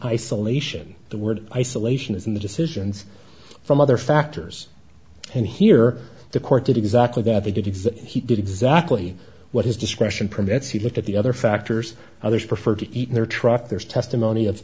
isolation the word isolation is in the decisions from other factors and here the court did exactly that they didn't say he did exactly what his discretion permits he looked at the other factors others prefer to eat in their truck there's testimony of